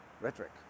Rhetoric